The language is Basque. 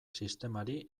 sistemari